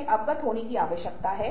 बढ़ा सकते हैं